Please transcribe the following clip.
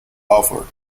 offer